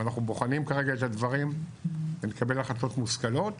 ואנחנו בוחנים כרגע את הדברים ונקבל החלטות מושכלות,